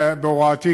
בהוראתי,